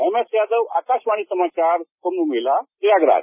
M S Yadav Akashvani समाचार कुंभ मेला प्रयागराज